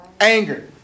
Anger